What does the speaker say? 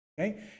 okay